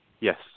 yes